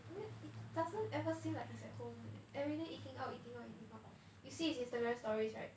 it doesn't ever seem like he's at home [one] leh everyday eating out eating out eating out you see his Instagram stories right